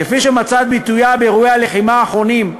כפי שמצאה את ביטויה באירועי הלחימה האחרונים,